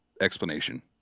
explanation